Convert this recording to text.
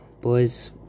boys